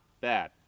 bad